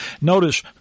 Notice